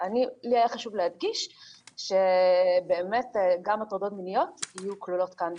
לי היה חשוב להדגיש שבאמת גם הטרדות מיניות יהיו כלולות כאן.